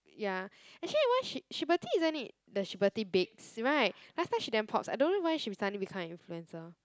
ya actually why she Shiberty isn't it the Shibertybakes [right] last time she damn pops I don't know why she suddenly become a influencer